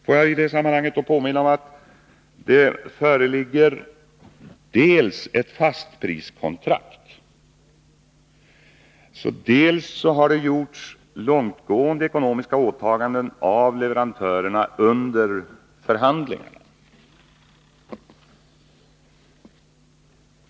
Får jag i det sammanhanget påminna dels om att ett fast-priskontrakt föreligger, dels om att långtgående ekonomiska åtaganden har gjorts av leverantörerna under förhandlingarna.